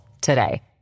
today